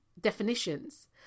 definitions